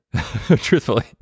truthfully